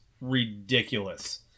ridiculous